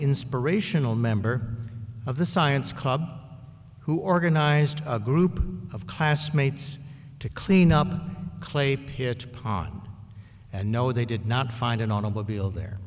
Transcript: inspirational member of the science club who organized a group of classmates to clean up clay pit pond and no they did not find an automobile there